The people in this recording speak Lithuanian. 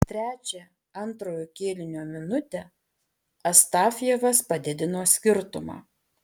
trečią antrojo kėlinio minutę astafjevas padidino skirtumą